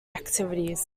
activities